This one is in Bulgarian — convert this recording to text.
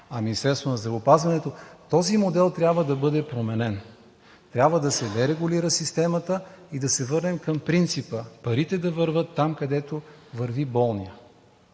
Министерство на здравеопазването“, този модел трябва да бъде променен. Трябва да се дерегулира системата и да се върнем към принципа: парите да вървят там, където върви болният.